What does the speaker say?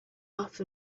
off